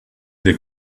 the